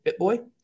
BitBoy